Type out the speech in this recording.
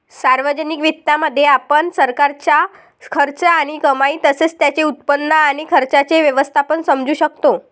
सार्वजनिक वित्तामध्ये, आपण सरकारचा खर्च आणि कमाई तसेच त्याचे उत्पन्न आणि खर्चाचे व्यवस्थापन समजू शकतो